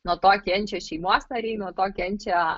nuo to kenčia šeimos nariai nuo to kenčia